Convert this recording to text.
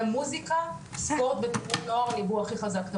מוסיקה, ספורט ותנועות נוער ליוו הכי חזק.